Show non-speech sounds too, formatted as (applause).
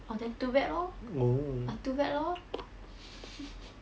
orh then too bad lor oh too bad lor (laughs)